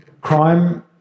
crime